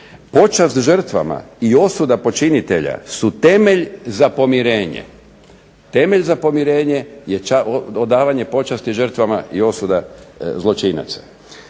počast žrtvama i osuda počinitelja su temelj za pomirenje. Temelj za pomirenje je odavanje počasti žrtvama i osuda zločinaca.